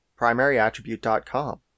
primaryattribute.com